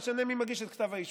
משנה מי מגיש את כתב האישום.